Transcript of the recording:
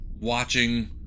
watching